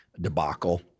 debacle